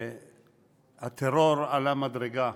הטרור עלה מדרגה.